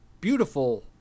beautiful